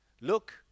Look